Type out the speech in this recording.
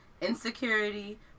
insecurity